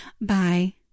Bye